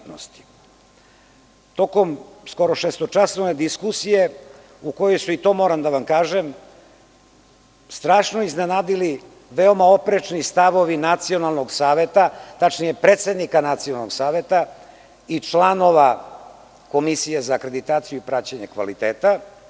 Tokom skoro šestočasovne diskusije u kojoj su, i to moram da vam kažem, strašno iznenadili veoma oprečni stavovi Nacionalnog saveta, tačnije predsednika Nacionalnog saveta i članova Komisije za akreditaciju i praćenje kvaliteta.